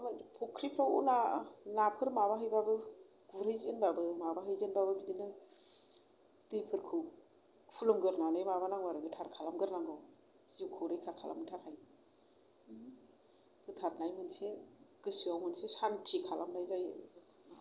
फुख्रिफ्राव नाफोर माबाहैबाबो गुरहैजेनबाबो माबाहैजेनबाबो बिदिनो दैफोरखौ खुलुमग्रोनानै माबाग्रोनांगौ गोथार खालामग्रोनांगौ जिउखौ रैखा खालामनो थाखाय फोथारनाय मोनसे गोसोआव सानथि खालामनाय जायो